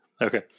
Okay